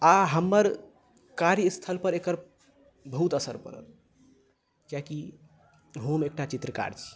आ हमर कार्यस्थल पर एकर बहुत असर पड़ल कियाकि हम एकटा चित्रकार छी